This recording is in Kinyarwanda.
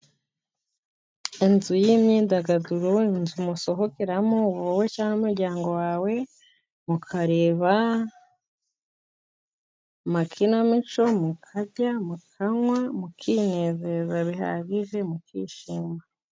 Inzu y'imyidagaduro . Inzu musohokeramo wowe cyangwa umuryango wawe, mukareba amakinamico mukarya, mukanywa ,mukinezeza bihagije ,mukishima.